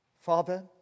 Father